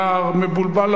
נער מבולבל,